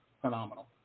phenomenal